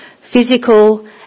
physical